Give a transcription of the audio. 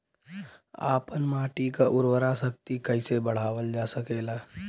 आपन माटी क उर्वरा शक्ति कइसे बढ़ावल जा सकेला?